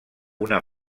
una